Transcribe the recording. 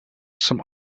some